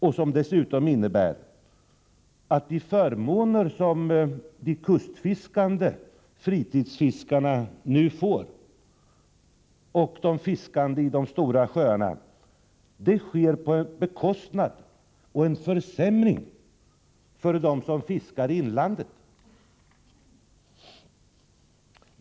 Förslaget innebär att de förmåner som de kustfiskande fritidsfiskarna och de fiskande i de stora sjöarna nu får sker på bekostnad av en försämring för dem som fiskar i inlandet.